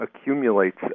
accumulates